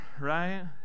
right